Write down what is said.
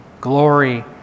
glory